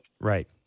Right